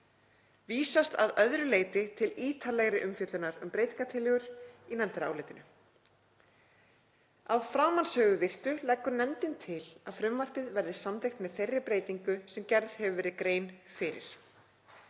Vísast að öðru leyti til ítarlegri umfjöllunar um breytingartillögur í nefndarálitinu. Að framansögðu virtu leggur nefndin til að frumvarpið verði samþykkt með þeirri breytingu sem gerð hefur verið grein fyrir.